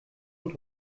und